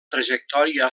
trajectòria